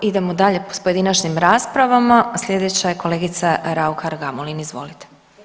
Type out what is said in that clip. Idemo dalje sa pojedinačnim raspravama, slijedeća je kolegica Raukar Gamulin, izvolite.